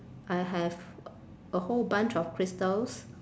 I have a whole bunch of crystals